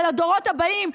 על הדורות הבאים,